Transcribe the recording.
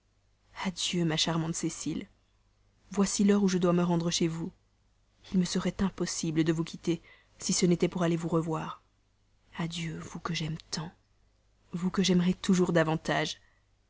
adieu ma charmante cécile voici l'heure où je dois me rendre chez vous il me serait impossible de vous quitter si ce n'était pour aller vous revoir adieu vous que j'aime tant vous que j'aimerai toujours davantage